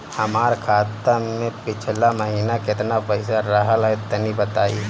हमार खाता मे पिछला महीना केतना पईसा रहल ह तनि बताईं?